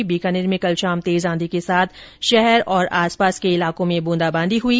वहीं बीकानेर में कल शाम तेज आंधी के साथ शहर और आसपास के इलाकों में ब्रंदाबांदी हुई